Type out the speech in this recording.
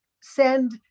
send